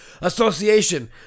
Association